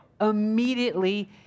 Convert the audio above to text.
immediately